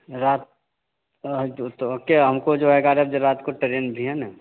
रात जो तो ओके हमको जो है ग्यारह बजे रात को ट्रेन भी है ना